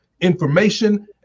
information